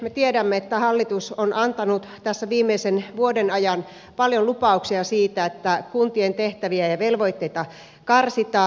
me tiedämme että hallitus on antanut tässä viimeisen vuoden ajan paljon lupauksia siitä että kuntien tehtäviä ja velvoitteita karsitaan